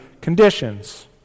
conditions